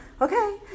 Okay